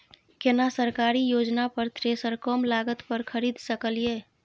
केना सरकारी योजना पर थ्रेसर कम लागत पर खरीद सकलिए?